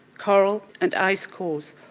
coral and ice cores.